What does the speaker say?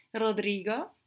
Rodrigo